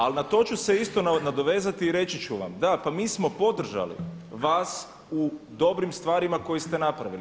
Ali na to ću se isto nadovezati i reći ću vam, da, pa mi smo podržali vas u dobrim stvarima koje ste napravili.